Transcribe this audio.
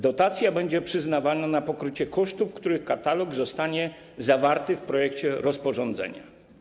Dotacja będzie przyznawana na pokrycie kosztów, których katalog zostanie zawarty w projekcie rozporządzenia.